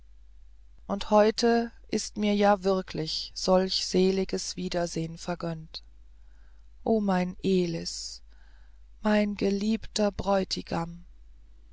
und heute ist mir ja wirklich solch seliges wiedersehen vergönnt o mein elis mein geliebter bräutigam